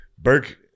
burke